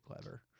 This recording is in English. clever